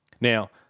Now